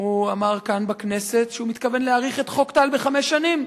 הוא אמר כאן בכנסת שהוא מתכוון להאריך את חוק טל בחמש שנים.